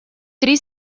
три